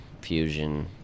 fusion